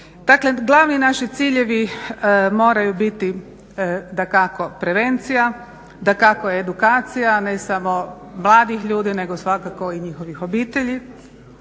Dakle, glavni naši ciljevi moraju biti dakako prevencija, dakako edukacija a ne samo mladih ljudi nego svakako i njihovih obitelji,